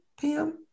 Pam